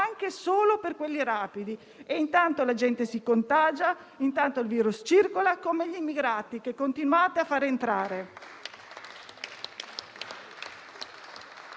anche solo per quelli rapidi e intanto la gente si contagia, intanto il virus circola, come gli immigrati che continuate a far entrare.